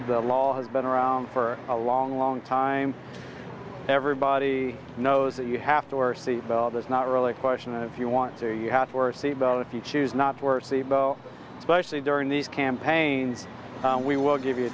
the law has been around for a long long time everybody knows that you have to wear a seatbelt that's not really a question if you want to you have for a seatbelt if you choose not to wear a cboe specially during these campaigns we will give you a